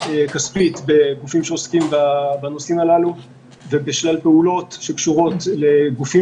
כספית בגופים שעוסקים בנושאים הללו ובשלל פעולות שקשורות לגופים